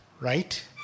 right